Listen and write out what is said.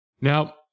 Now